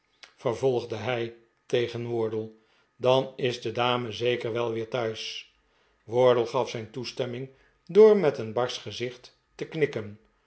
vervolgde hij tegen wardle dan is de dame zeker wel weer thuis wardle gaf zijn toestemming door met een barsch gezicht te knikken